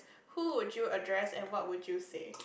who would you address and what would you say